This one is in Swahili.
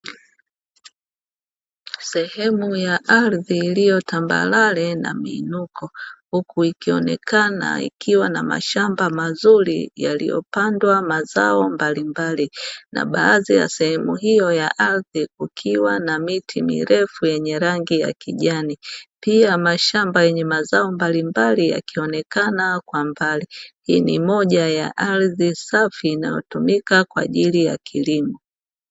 Sehemu ya ardhi iliyo tambalale na miinuko, huku ikionekana ikiwa na mashamba mazuri yaliyo pandwa mazao mbalimbali. Na baadhi ya sehemu hiyo ya ardhi ikiwa na miti mirefu yenye rangi ya kijani pia mashamba yenye mazao mbalimbali yakionekana kwa mbali. Hii ni moja ya ardhi safi inayo tumika kwa ajili ya kilimo.